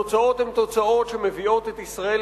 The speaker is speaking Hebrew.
התוצאות מביאות את ישראל,